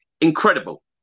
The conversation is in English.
Incredible